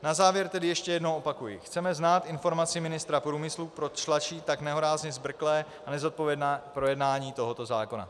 Na závěr tedy ještě jednou opakuji: chceme znát informaci ministra průmyslu, proč tlačí tak nehorázně zbrkle na nezodpovědné projednání tohoto zákona.